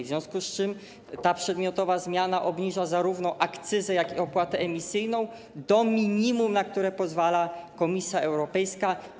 W związku z tym ta przedmiotowa zmiana obniża zarówno akcyzę, jak i opłatę emisyjną do minimum, na które pozwala Komisja Europejska.